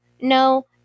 no